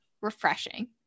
refreshing